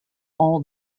all